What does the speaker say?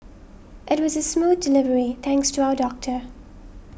it was a smooth delivery thanks to our doctor